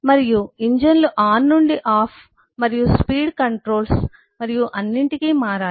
మరియు ఇంజన్లు ఆన్ నుండి ఆఫ్ మరియు స్పీడ్ కంట్రోల్స్ మరియు అన్నింటికీ మారాలి